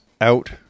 out